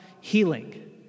healing